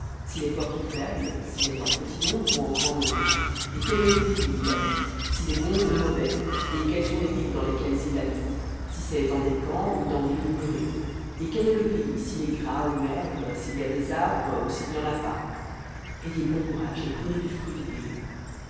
s'il est fort ou faible s'il est en petit nombre ou en grand nombre et quel est le pays où il habite s'il est bon ou mauvais et quelles sont les villes dans lesquelles il habite si c'est dans des camps ou dans des villes murées et quel est le pays s'il est gras ou maigre s'il y a des arbres ou s'il n'y en a pas ayez bon courage et prenez du fruit du pays